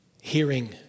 hearing